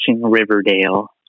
Riverdale